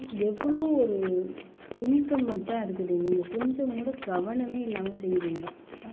எவ்வளோ ஒரு இன்கன்வென்ட்டாக இருக்குது நீங்கள் கொஞ்சங்கூட கவனமே இல்லாம செய்யறீங்க